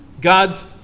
God's